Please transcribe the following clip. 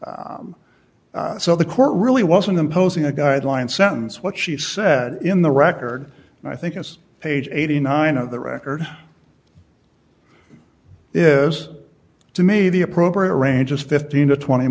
and so the court really wasn't imposing a guideline sentence what she said in the record and i think it's page eighty nine of the record is to me the appropriate ranges fifteen to twenty